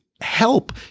help